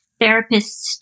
therapists